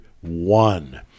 one